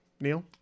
Neil